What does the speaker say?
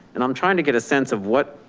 and i'm trying to get a sense of what.